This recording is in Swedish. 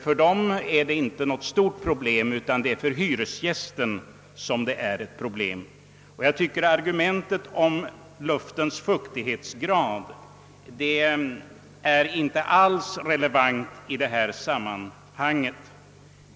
För fastighetsägarna är detta inte något stort problem, utan det är för hyresgästerna som det är ett problem. Argumentet om luftens fuktighetsgrad är inte alls relevant i detta sammanhang.